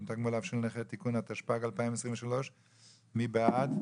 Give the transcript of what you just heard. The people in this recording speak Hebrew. מתגמוליו של נכה תיקון התשפ"ג 2023. מי בעד?